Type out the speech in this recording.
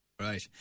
Right